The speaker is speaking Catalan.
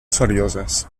serioses